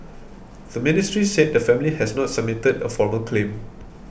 the ministry said the family has not submitted a formal claim